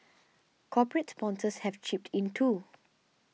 corporate sponsors have chipped in too